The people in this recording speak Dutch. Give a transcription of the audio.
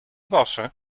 wassen